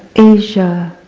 asia,